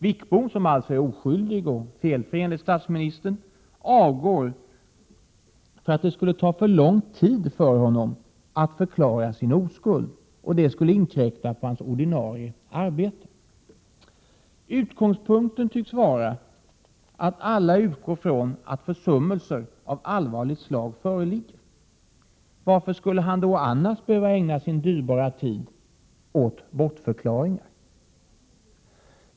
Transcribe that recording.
Wickbom, som alltså är oskyldig och felfri, enligt statsministern, avgår för att det skulle ta för mycket tid från hans ordinarie arbete att förklara sin oskuld! Utgångspunkten tycks vara att alla utgår från att försummelser av allvarligt slag föreligger. Varför skulle han annars behöva ägna sin dyrbara tid åt bortförklaringar?